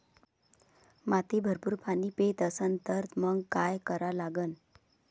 माती भरपूर पाणी पेत असन तर मंग काय करा लागन?